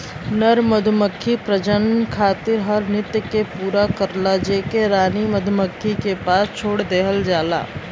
नर मधुमक्खी प्रजनन खातिर हर नृत्य के पूरा करला जेके रानी मधुमक्खी के पास छोड़ देहल जाला